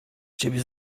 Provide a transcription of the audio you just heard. ciebie